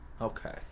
Okay